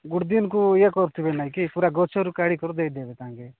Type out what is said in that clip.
ଗୋଟେ ଦିନକୁ ଇଏ କରୁଥିବେ ନାଇଁ କି ପୁରା ଗଛରୁ କାଢ଼ି କରି ଦେଇଦେବେ ତାଙ୍କେ